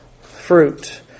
fruit